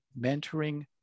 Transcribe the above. mentoring